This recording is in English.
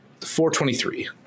423